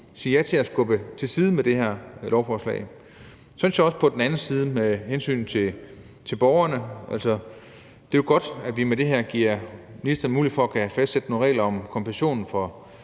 siger ja til at skubbe til side med det her lovforslag? Så synes jeg også på den anden side, at der er hensynet til borgerne. Altså, det er jo godt, at vi med det her giver ministeren mulighed for at kunne fastsætte nogle regler om kompensation for